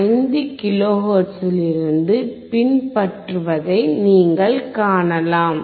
5 கிலோஹெர்ட்ஸ்விலிருந்து பின்பற்றுவதை நீங்கள் காணலாம்